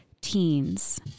teens